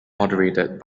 moderated